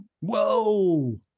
Whoa